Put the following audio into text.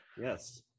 Yes